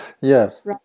Yes